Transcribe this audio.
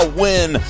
win